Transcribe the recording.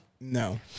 No